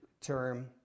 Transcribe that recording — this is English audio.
term